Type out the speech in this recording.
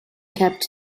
kept